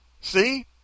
See